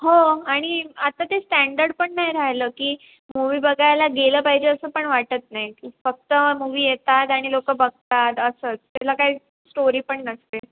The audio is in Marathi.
हो आणि आता ते स्टँडर्ड पण नाही राहिलं की मूवी बघायला गेलं पाहिजे असं पण वाटत नाही फक्त मूव्ही येतात आणि लोक बघतात असंच त्याला काही स्टोरी पण नसते